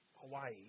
Hawaii